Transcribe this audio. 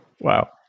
Wow